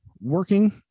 working